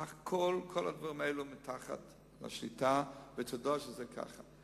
כל הדברים האלה הם תחת שליטה, ותודה שזה ככה.